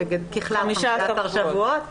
15 שבועות.